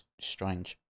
Strange